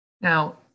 Now